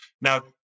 Now